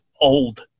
old